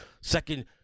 second